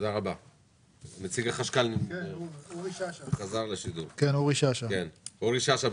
נציג האוצר, אורי שאשא,